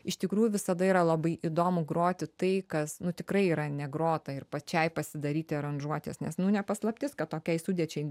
iš tikrųjų visada yra labai įdomu groti tai kas nu tikrai yra negrota ir pačiai pasidaryti aranžuotes nes nu ne paslaptis kad tokiai sudėčiai